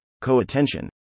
co-attention